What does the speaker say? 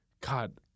God